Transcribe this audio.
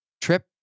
trip